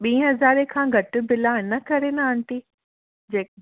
ॿीं हज़ारे खां घटि बिलि आहे हिन करे न आंटी जे